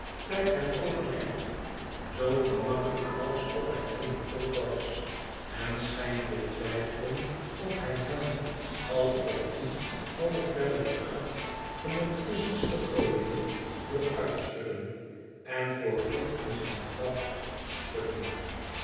trekt hem overeind zoo gemakkelijk alsof hij eene pop was en schijnt te twijfelen of hij hem al of niet alle verdere kracht om met kussens te gooien wil uitschudden en voor goed in zijn graf schudden